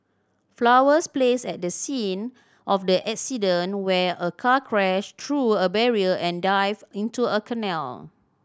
flowers placed at the scene of the accident where a car crashed through a barrier and dived into a canal